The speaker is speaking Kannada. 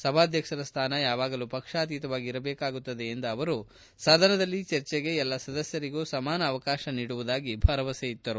ಸಭಾಧ್ಯಕ್ಷರ ಸ್ಥಾನ ಯಾವಾಗಲೂ ಪಕ್ಷಾತೀತವಾಗಿ ಇರಬೇಕಾಗುತ್ತದೆ ಎಂದ ಅವರು ಸದನದಲ್ಲಿ ಚರ್ಚೆಗೆ ಎಲ್ಲ ಸದಸ್ಕರಿಗೂ ಸಮಾನ ಅವಕಾಶ ನೀಡುವುದಾಗಿ ಭರವಸೆಯಿತ್ತರು